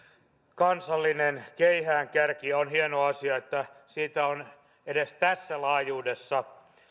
kansallinen keihäänkärki on hieno asia että siitä on edes tässä laajuudessa